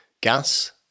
gas